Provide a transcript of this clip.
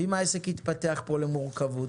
ואם זה יתפתח למורכבות?